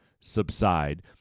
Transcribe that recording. subside